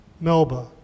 Melba